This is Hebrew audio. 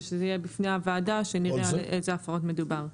שזה יהיה בפני הוועדה ונראה על איזה הפרות מדובר.